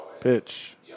Pitch